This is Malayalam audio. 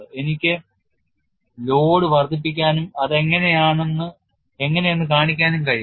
എനിക്ക് ലോഡ് വർദ്ധിപ്പിക്കാനും അത് എങ്ങനെയെന്ന് കാണിക്കാനും കഴിയും